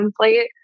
template